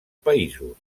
països